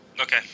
Okay